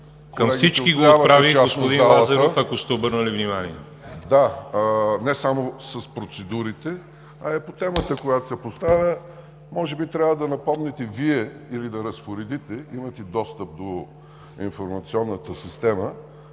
Към всички го отправих, господин Лазаров, ако сте обърнали внимание! ДИМИТЪР ЛАЗАРОВ: Да, не само с процедурите, а и по темата, която се поставя, може би трябва да напомните Вие или да разпоредите, имате достъп до информационната система,